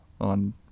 on